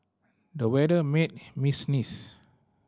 the weather made me sneeze